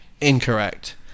Incorrect